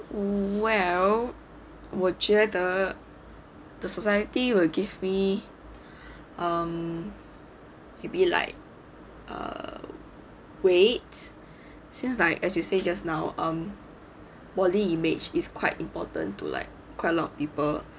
well 我觉得 the society will give me um it'd be like err wait since I as you say just now body image is quite important to like quite a lot people